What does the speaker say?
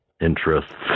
interests